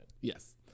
Yes